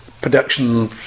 production